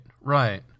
right